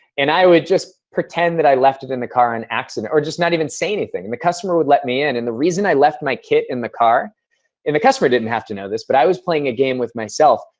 and i would just pretend that i left it in the car on accident. or just not even say anything. and the customer would let me in. and the reason i left my kit in the car and the customer didn't have to know this but i was playing a game with myself.